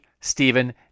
Stephen